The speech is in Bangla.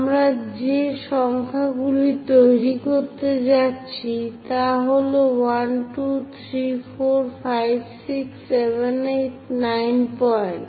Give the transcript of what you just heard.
আমরা যে সংখ্যাগুলি তৈরি করতে যাচ্ছি তা হল 1 2 3 4 5 6 7 8 9 পয়েন্ট